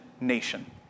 nation